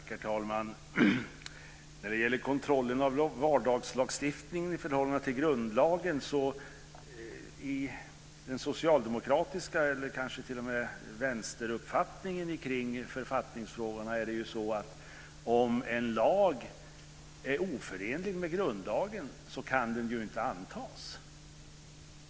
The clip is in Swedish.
Herr talman! När det gäller kontrollen av vardagslagstiftningen i förhållande till grundlagen är den socialdemokratiska uppfattningen, eller kanske t.o.m. vänsteruppfattningen, i författningsfrågorna att en lag inte kan antas om den är oförenlig med grundlagen.